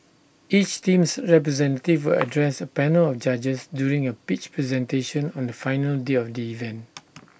each team's representative will address A panel of judges during A pitch presentation on the final day of the event